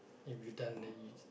have you done that you've